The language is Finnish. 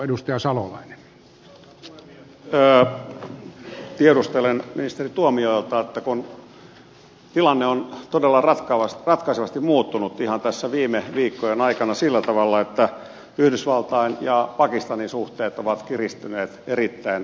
tiedustelen ministeri tuomiojalta siitä kun tilanne on todella ratkaisevasti muuttunut ihan tässä viime viikkojen aikana sillä tavalla että yhdysvaltain ja pakistanin suhteet ovat kiristyneet erittäin voimakkaasti